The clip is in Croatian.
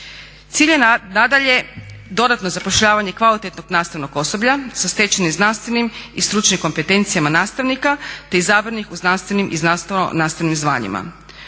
Cilj je nadalje dodatno zapošljavanje kvalitetnoj nastavnog osoblja sa stečenim znanstvenim i stručnim kompetencijama nastavnika te izabranih u znanstvenim i znanstveno nastavnim zvanjima.